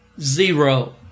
zero